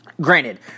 Granted